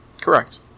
Correct